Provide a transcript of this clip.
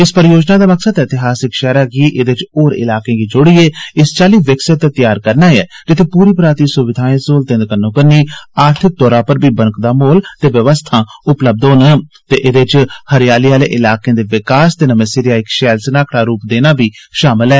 इस परियोजना दा मकसद ऐतिहासिक शैहरा गी एदे च होर इलाकें गी जोड़ियै इस चाल्ली विकसित ते त्यार करना जित्थे पूरी पराती सुविधाएं स्हूलतें दे कन्नो कन्नी आर्थिक तौरा पर बी बनकदा माहोल ते व्यवस्थां उपलब्ध होई सकन ते एदे च हरियाली आले इलाकें दे विकास ते नमें सिरेया इक शैल सनाकड़ा रुप देना बी शामल ऐ